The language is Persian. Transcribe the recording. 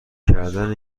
کردن